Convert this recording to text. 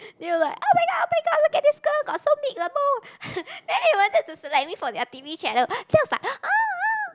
feel like oh-my-god oh-my-god look at this girl got so big the mole then he wanted to select me for their t_v channel then was like